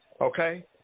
Okay